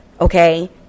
Okay